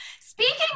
Speaking